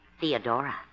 Theodora